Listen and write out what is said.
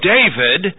David